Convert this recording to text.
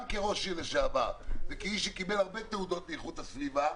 גם כראש עיר לשעבר וכמי שקיבל הרבה תעודות מאיכות הסביבה,